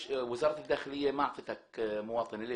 וילדיו כאן וכולם עם אזרחות חוץ ממנו.